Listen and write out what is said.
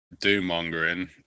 doom-mongering